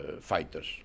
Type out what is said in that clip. fighters